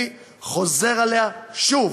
אני חוזר עליה שוב,